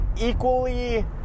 equally